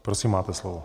Prosím, máte slovo.